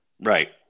Right